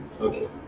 Okay